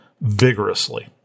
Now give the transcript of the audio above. vigorously